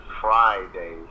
Friday